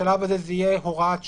שבשלב הזה זה יהיה הוראת שעה.